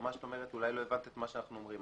אולי לא הבנת מה אנחנו אומרים.